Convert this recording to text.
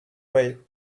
way